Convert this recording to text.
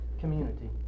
community